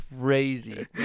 crazy